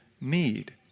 need